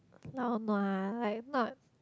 lao nua like not